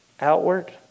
Outward